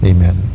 Amen